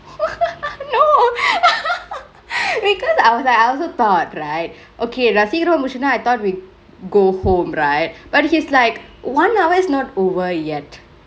no because I was like I also thought right okay நா சீகிரமா முடிச்சிட்டா:naa sikiramaa mudichittaa I thought we go home right but he's like one hour is not over yet